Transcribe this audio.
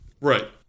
Right